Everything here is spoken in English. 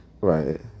right